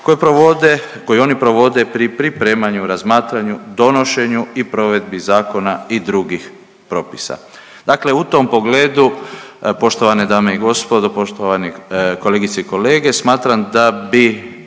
koji oni provode pri pripremanju, razmatranju, donošenju i provedbi zakona i drugih propisa. Dakle u tom pogledu poštovane dame i gospodo, poštovani kolegice i kolege, smatram da bi